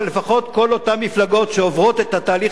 לפחות כל אותן מפלגות שעוברות את התהליך